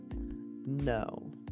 no